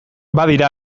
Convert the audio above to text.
badira